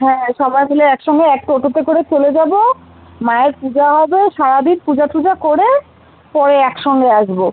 হ্যাঁ সময় পেলে একসঙ্গে এক টোটোতে করে চলে যাবো মায়ের পূজাও হবে সারা দিন পূজা টূজা করে পরে এক সঙ্গে আসবো